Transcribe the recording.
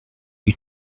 you